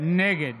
נגד